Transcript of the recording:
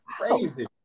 crazy